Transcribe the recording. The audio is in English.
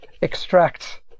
extract